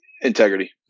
integrity